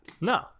No